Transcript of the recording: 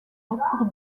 pour